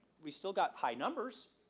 we still got high numbers.